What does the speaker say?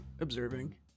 observing